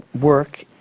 work